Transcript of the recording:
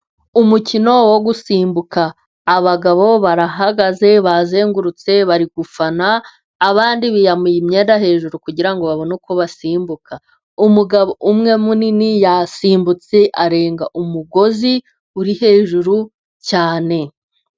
Umukino wo gusimbuka. Abagabo barahagaze bazengurutse, bari gufana abandi biyambuye imyenda hejuru kugira ngo babone uko basimbuka, umugabo umwe munini yasimbutse arenga umugozi uri hejuru cyane.